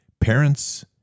parents